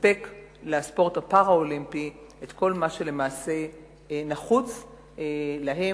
לספק לספורט הפראלימפי את כל מה שלמעשה נחוץ להם,